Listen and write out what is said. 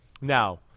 Now